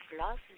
love